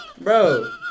bro